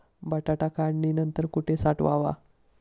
बटाटा काढणी नंतर कुठे साठवावा?